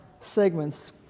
segments